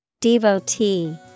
Devotee